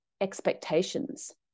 expectations